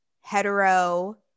hetero